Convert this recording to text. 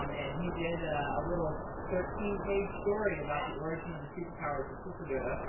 um and he did a little thirteen page story about the origin of the superpowers of super dodo,